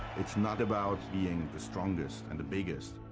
it's not about being the strongest and the biggest.